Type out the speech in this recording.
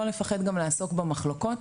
לא לפחד לעסוק במחלוקות,